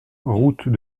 route